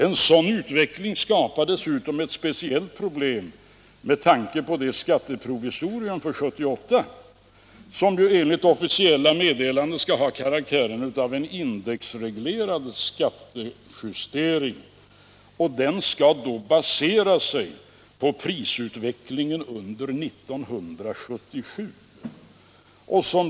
En sådan utveckling skapar dessutom ett speciellt problem med tanke på det skatteprovisorium för år 1978 som enligt officiella meddelanden skall ha karaktären av en indexreglerad skattejustering. Denna skall baseras på prisutvecklingen under 1977.